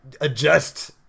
adjust